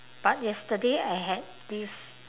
but yesterday I had this